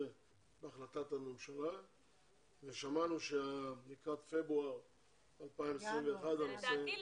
בהחלטת הממשלה ושמענו שלקראת פברואר 2021 אולי יהיה תזכיר חוק,